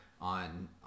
on